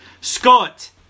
Scott